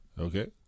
Okay